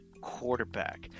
quarterback